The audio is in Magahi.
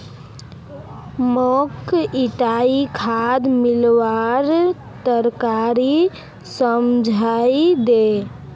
मौक ईटा खाद मिलव्वार तरीका समझाइ दे